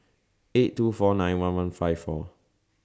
eight two four nine one one five four